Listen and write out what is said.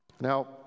Now